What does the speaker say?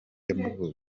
y’amavuko